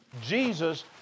Jesus